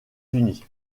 unis